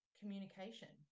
communication